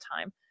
time